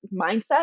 mindset